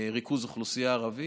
ריכוז אוכלוסייה ערבי.